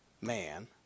man